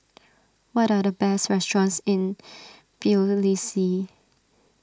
what are the best restaurants in Tbilisi